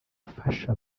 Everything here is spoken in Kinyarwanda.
ufasha